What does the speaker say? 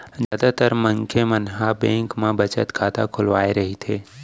जादातर मनखे मन ह बेंक म बचत खाता खोलवाए रहिथे